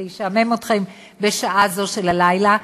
זה ישעמם אתכם בשעה זו של הלילה.